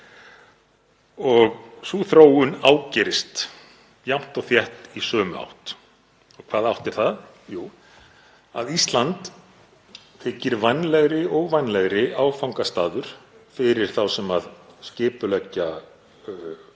og sú þróun ágerist jafnt og þétt í sömu átt. Hvaða átt er það? Jú, að Ísland þykir vænlegri og vænlegri áfangastaður fyrir þá sem skipuleggja